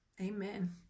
Amen